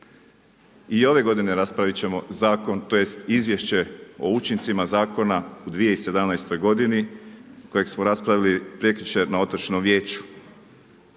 I ove godine raspravit ćemo zakon, tj. izvješće o učincima zakona u 2017. godini kojeg smo raspravili prekjučer na otočnom vijeću.